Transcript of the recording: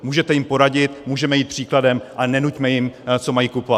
Můžete jim poradit, můžeme jít příkladem, ale nenuťme jim, co mají kupovat.